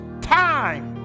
time